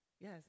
Yes